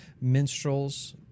minstrels